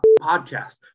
podcast